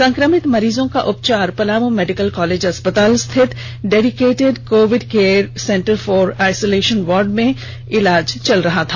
संक्रमित मरीजों का उपचार पलामू मेडिकल कॉलेज अस्पताल स्थित dedicated Covid care centre for isolation ward में इलाज चल रहा था